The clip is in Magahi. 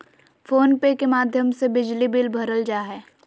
फोन पे के माध्यम से बिजली बिल भरल जा हय